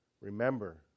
Remember